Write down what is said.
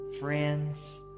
friends